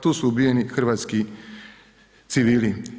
Tu su ubijeni hrvatski civili.